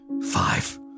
Five